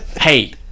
Hey